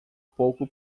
pouco